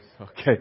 Okay